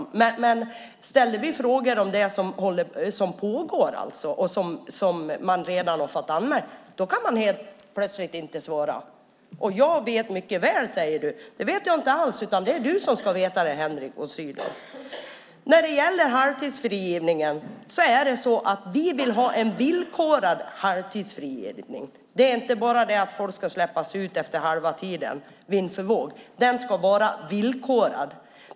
Men om vi ställer frågor om det som pågår kan ni helt plötsligt inte svara. Henrik von Sydow säger att jag mycket väl vet detta. Det vet jag inte alls, utan det är du, Henrik von Sydow, som ska veta det. Vi vill ha en villkorad halvtidsfrigivning. Det handlar inte om att folk bara ska släppas ut efter halva tiden vind för våg, utan halvtidsfrigivningen ska vara villkorad.